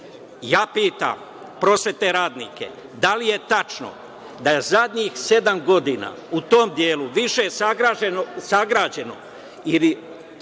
pitam prosvetne radnike - da li je tačno da je zadnjih sedam godina u tom delu više sagrađeno